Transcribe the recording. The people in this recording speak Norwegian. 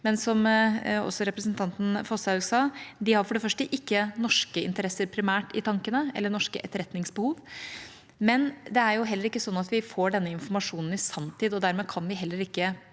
har, som også representanten Foshaug sa, for det første ikke norske interesser primært i tankene, eller norske etterretningsbehov. Det er heller ikke slik at vi får denne informasjonen i sanntid, og dermed kan vi heller ikke